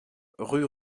rue